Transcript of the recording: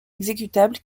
exécutable